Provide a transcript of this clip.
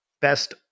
best